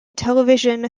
television